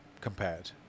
compared